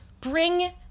bring